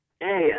hey